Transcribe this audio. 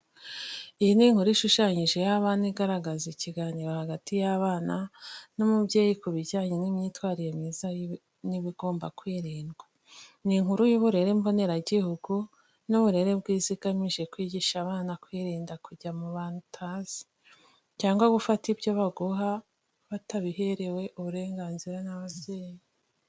Iyi ni nkuru ishushanyije y’abana igaragaza ikiganiro hagati y’abana n’umubyeyi ku bijyanye n’imyitwarire myiza n’ibigomba kwirindwa. Ni inkuru y’uburere mboneragihugu n’uburere bwiza igamije kwigisha abana kwirinda kujya mu bantu utazi, cyangwa gufata ibyo baguha batabiherewe uburenganzira n’ababyeyi.